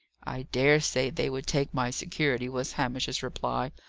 i dare say they would take my security, was hamish's reply.